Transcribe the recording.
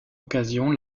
occasion